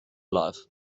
life